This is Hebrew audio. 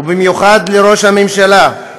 ובמיוחד לראש הממשלה,